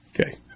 Okay